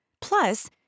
Plus